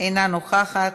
אינה נוכחת,